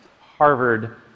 Harvard